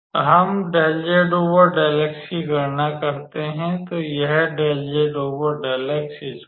तो हम 𝜕𝑧𝜕𝑥 की गणना करते हैं